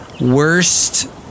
worst